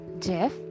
Jeff